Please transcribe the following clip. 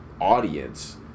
audience